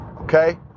Okay